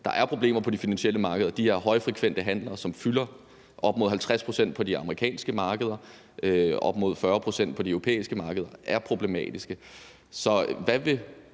der er problemer på de finansielle markeder, og at de her højfrekvente handler, som fylder op mod 50 pct. på de amerikanske markeder og op mod 40 pct. på de europæiske markeder, er problematiske.